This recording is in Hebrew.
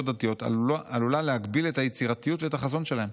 דתיות עלולה להגביל את היצירתיות ואת החזון שלהן.